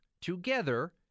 together